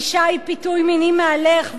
אשה היא פיתוי מיני מהלך,